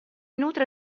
nutre